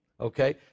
okay